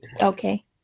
Okay